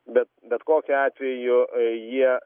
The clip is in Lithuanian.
bet bet kokiu atveju jie